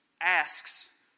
asks